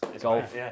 Golf